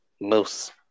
Moose